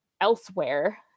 elsewhere